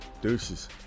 Deuces